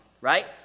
right